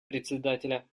председателя